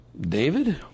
David